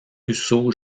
russo